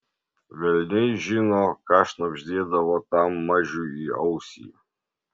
velniai žino ką šnabždėdavo tam mažiui į ausį